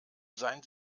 seien